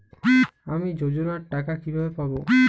আমি যোজনার টাকা কিভাবে পাবো?